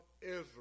Israel